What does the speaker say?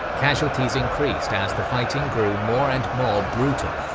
casualties increased as the fighting grew more and more brutal,